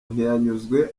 ntiyanyuzwe